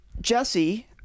Jesse